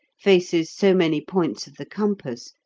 faces so many points of the compass,